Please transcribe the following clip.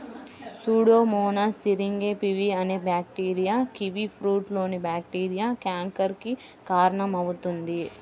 Pseudomonas syringae pv అనే bacteria కివీఫ్రూట్లోని bacteria canker కి కారణమవుతుంది